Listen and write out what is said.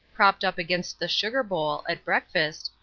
propped up against the sugar-bowl, at breakfast,